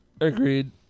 Agreed